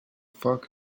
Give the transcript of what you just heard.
foc